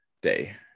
day